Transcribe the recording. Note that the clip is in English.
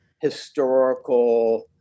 historical